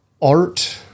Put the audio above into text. art